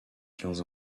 quinze